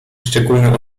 szczególną